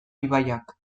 ibaiak